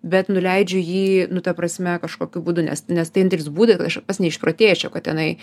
bet nuleidžiu jį nu ta prasme kažkokiu būdu nes nes tai yra vienintelis būdas aš pats neišprotėčiau kad tenai